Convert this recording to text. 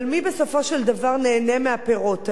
אבל מי בסופו של דבר ניהנה מהפירות האלה?